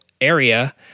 area